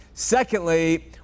Secondly